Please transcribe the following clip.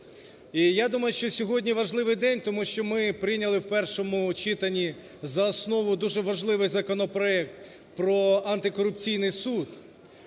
я думаю, що сьогодні важливий день, тому що ми прийняли в першому читанні за основу дуже важливий законопроект про Антикорупційний суд,